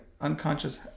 Unconscious